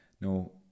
no